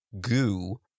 goo